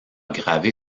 gravé